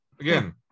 Again